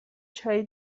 چایی